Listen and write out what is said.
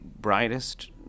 brightest